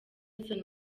nelson